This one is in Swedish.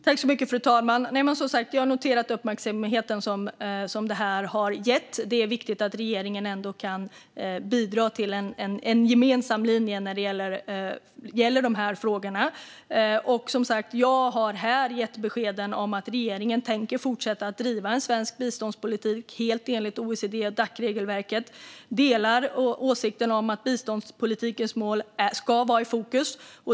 Fru talman! Jag har noterat den uppmärksamhet som detta har fått. Det är viktigt att regeringen ändå kan bidra till en gemensam linje när det gäller dessa frågor. Jag har här gett besked om att regeringen tänker fortsätta att driva svensk biståndspolitik helt enligt OECD-Dacs regelverk. Jag delar åsikten att biståndspolitikens mål ska vara i fokus.